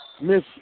Miss